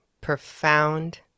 profound